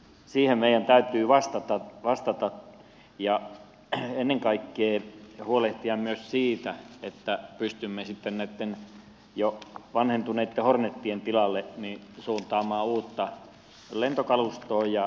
siihen meidän täytyy vastata ja ennen kaikkea huolehtia myös siitä että pystymme sitten jo vanhentuneitten hornetien tilalle suuntaamaan uutta lentokalustoa